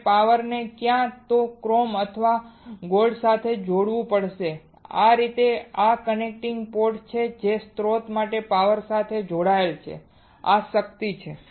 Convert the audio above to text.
મારે પાવરને ક્યાં તો ક્રોમ અથવા ગોલ્ડ સાથે જોડવું પડશે કે આ રીતે આ કનેક્ટિંગ પોર્ટ છે જે સ્રોત માટે પાવર સાથે જોડાય છે આ શક્તિ છે